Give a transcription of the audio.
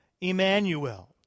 Emmanuel